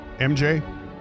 MJ